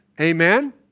Amen